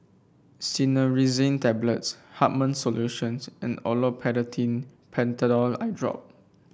Cinnarizine Tablets Hartman's Solutions and Olopatadine Patanol Eyedrop